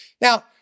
Now